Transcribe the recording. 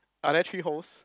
are they three holes